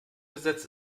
gesetz